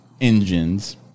engines